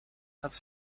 have